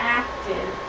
active